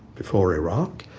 before iraq,